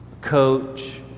coach